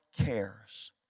cares